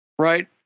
Right